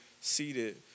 seated